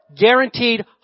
guaranteed